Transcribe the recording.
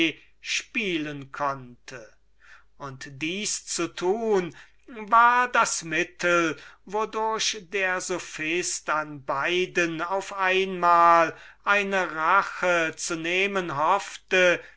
spielen konnte und dieses zu tun war das mittel wodurch der sophist an beiden auf einmal eine rache zu nehmen hoffte